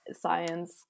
science